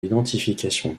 l’identification